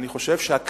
אני חושב שהקריאה